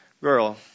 girl